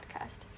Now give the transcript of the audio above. podcast